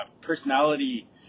personality